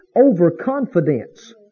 overconfidence